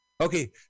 Okay